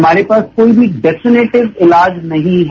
हमारे पास कोई भी डेफिनेटिव इलाज नहीं है